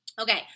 Okay